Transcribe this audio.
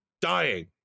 dying